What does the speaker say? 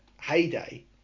heyday